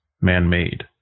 man-made